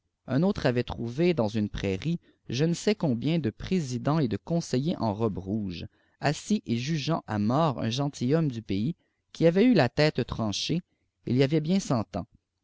un autre avait tcoiiyè dans une prairie je ne sais combien de présidente et de oonseihèrs çn robes rouges assis et jugeant à mort un gentilhomme du pays qui avait eu la tête tranchée il y avait bien cent ans